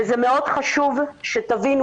מאוד חשוב שתבינו